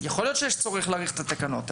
יכול להיות שיש צורך להאריך את התקנות.